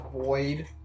Void